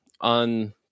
on